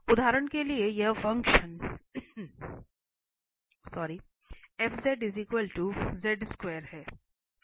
तो उदाहरण के लिए यह फंक्शन है